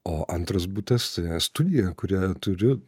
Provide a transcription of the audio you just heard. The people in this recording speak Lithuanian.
o antras butas studija kurią turiu